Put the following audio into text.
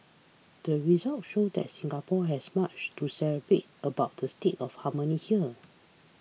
the results show that Singapore has much to celebrate about the state of harmony here